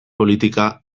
politika